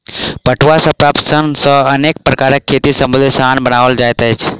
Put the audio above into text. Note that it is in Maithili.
पटुआ सॅ प्राप्त सन सॅ अनेक प्रकारक खेती संबंधी सामान बनओल जाइत अछि